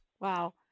Wow